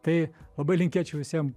tai labai linkėčiau visiem